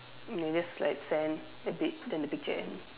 then just like sand a bit then the picture end